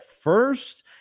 first